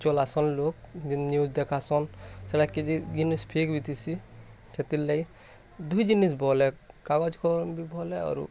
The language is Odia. ଚଲା ଶଲ୍ ଲୋକ୍ ଜିନ୍ ନ୍ୟୁଜ୍ ଦେଖାସନ୍ ସେଇଟା କିଛି ଜିନିଷ୍ ଫେକ୍ ଉଇଥିଷୀ ସେଥିର୍ ଲାଗି ଦୁଇ ଜିନିଷ୍ ଭଲେ କାଗଜ୍ କଲମ୍ ବି ଭଲେ ଆରୁ